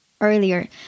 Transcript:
earlier